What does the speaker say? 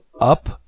up